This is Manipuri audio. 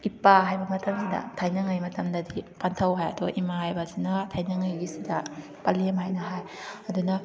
ꯏꯄꯥ ꯍꯥꯏꯕ ꯃꯇꯝꯁꯤꯗ ꯊꯥꯏꯅꯉꯥꯏ ꯃꯇꯝꯗꯗꯤ ꯄꯟꯊꯧ ꯍꯥꯏ ꯑꯗꯣ ꯏꯃꯥ ꯍꯥꯏꯕꯁꯤꯅ ꯊꯥꯏꯅꯉꯩꯒꯤꯁꯤꯗ ꯄꯂꯦꯝ ꯍꯥꯏꯅ ꯍꯥꯏ ꯑꯗꯨꯅ